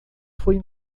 foi